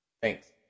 Thanks